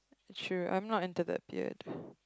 true I'm not into that beard